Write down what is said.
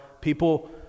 people